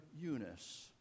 Eunice